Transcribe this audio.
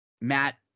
Matt